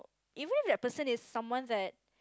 even if that person is someone that